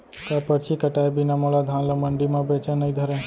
का परची कटाय बिना मोला धान ल मंडी म बेचन नई धरय?